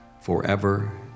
forever